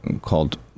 called